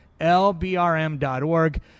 LBRM.org